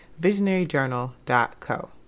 visionaryjournal.co